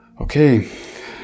Okay